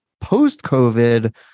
post-COVID